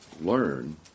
learn